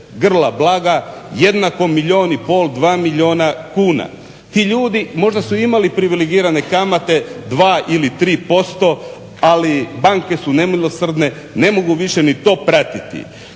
grla blaga jednako milijun i pol, 2 milijuna kuna. Ti ljudi možda su imali privilegirane kamate 2 ili 3%, ali banke su nemilosrdne, ne mogu više ni to pratiti.